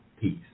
Peace